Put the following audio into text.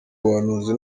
buhanuzi